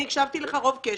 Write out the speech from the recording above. אני הקשבתי לך רוב קשב.